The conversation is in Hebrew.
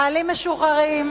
חיילים משוחררים,